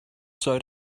sewed